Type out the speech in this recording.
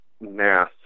mass